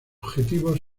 objetivos